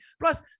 plus